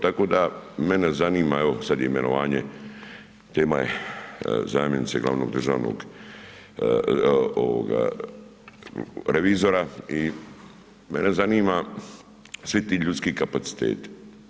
Tako da mene zanima, evo sad imenovanje, tema je zamjenice glavnog državnog revizora i mene zanima svi ti ljudski kapaciteti.